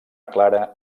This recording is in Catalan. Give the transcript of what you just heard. clara